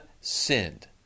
sinned